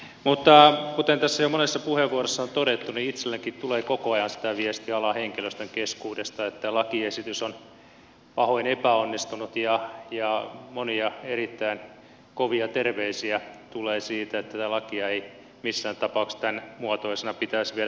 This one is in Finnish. mutta kuten jo monessa puheenvuorossa on todettu niin itsellenikin tulee koko ajan sitä viestiä alan henkilöstön keskuudesta että lakiesitys on pahoin epäonnistunut ja monia erittäin kovia terveisiä tulee siitä että tätä lakia ei missään tapauksessa tämänmuotoisena pitäisi viedä eteenpäin